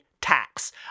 tax